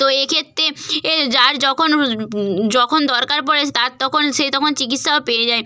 তো এক্ষেত্রে এ যার যখন যখন দরকার পড়ে তার তখন সে তখন চিকিৎসাও পেয়ে যায়